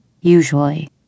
usually